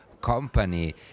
company